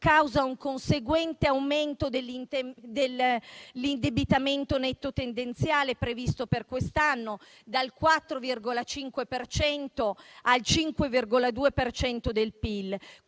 causa un conseguente aumento dell'indebitamento netto tendenziale previsto per quest'anno, dal 4,5 al 5,2 per